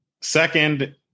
Second